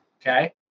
okay